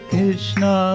Krishna